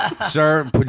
sir